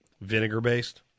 Vinegar-based